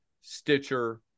Stitcher